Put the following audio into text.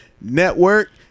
network